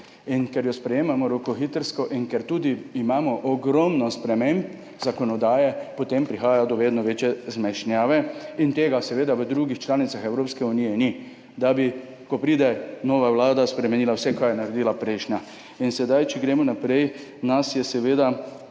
In ker jo sprejemamo rokohitrsko in ker tudi imamo ogromno sprememb zakonodaje, potem prihaja do vedno večje zmešnjave. Tega seveda v drugih članicah Evropske unije ni, da bi, ko pride nova vlada, spremenila vse, kar je naredila prejšnja. Če gremo naprej. Nas je seveda